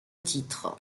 titre